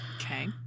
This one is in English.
okay